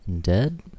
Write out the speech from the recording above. Dead